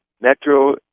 metro